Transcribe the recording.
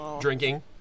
drinking